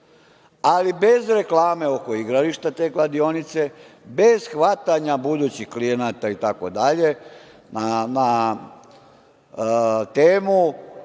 Ali bez reklame oko igrališta, te kladionice, bez hvatanja budućih klijenata, itd. na temu